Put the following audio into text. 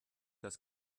das